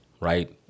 right